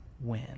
win